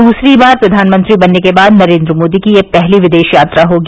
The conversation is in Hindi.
दूसरी बार प्रधानमंत्री बनने के बाद नरेंद्र मोदी की यह पहली विदेश यात्रा होगी